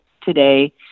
Today